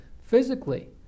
physically